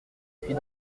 suis